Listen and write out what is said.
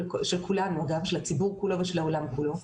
של כולנו, גם של הציבור ושל העולם כולו.